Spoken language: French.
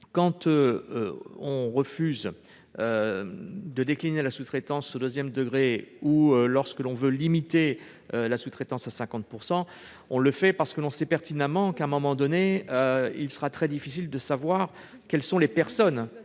si l'on refuse de décliner la sous-traitance au deuxième degré ou si l'on veut limiter la sous-traitance à 50 %, c'est parce que l'on sait pertinemment que, à un moment donné, il sera très difficile de savoir quelles sont les personnes